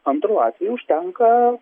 antru atveju užtenka